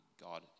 God